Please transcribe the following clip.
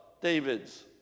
David's